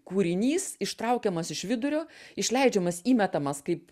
kūrinys ištraukiamas iš vidurio išleidžiamas įmetamas kaip